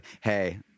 hey